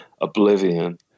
Oblivion